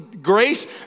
Grace